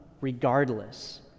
regardless